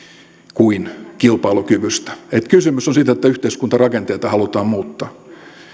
kuin kilpailukyvystä että kysymys on siitä että yhteiskuntarakenteita halutaan muuttaa